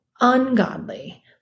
ungodly